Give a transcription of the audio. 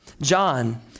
John